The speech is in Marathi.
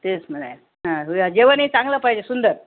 तेच म्हटलंय हा जेवण हे चांगलं पाहिजे सुंदर